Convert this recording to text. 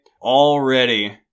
already